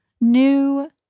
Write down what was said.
new